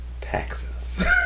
taxes